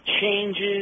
changes